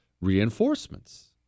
reinforcements